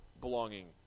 belonging